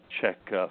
check